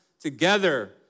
together